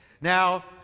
Now